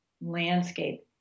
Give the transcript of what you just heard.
landscape